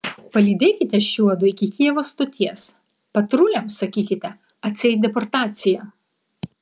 palydėkite šiuodu iki kijevo stoties patruliams sakykite atseit deportacija